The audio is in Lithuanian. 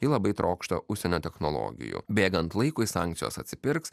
ji labai trokšta užsienio technologijų bėgant laikui sankcijos atsipirks